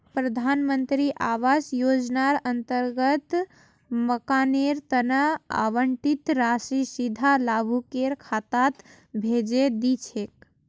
प्रधान मंत्री आवास योजनार अंतर्गत मकानेर तना आवंटित राशि सीधा लाभुकेर खातात भेजे दी छेक